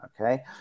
Okay